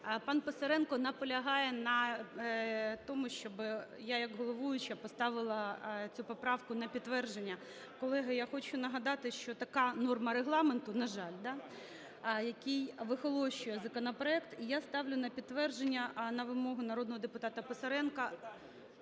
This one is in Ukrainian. Пан Писаренко наполягає на тому, щоби я як головуюча поставила цю поправку на підтвердження. Колеги, я хочу нагадати, що така норма Регламенту, на жаль, да, який вихолощує законопроект. І я ставлю на підтвердження, на вимогу народного депутата Писаренка…